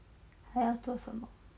还要做什么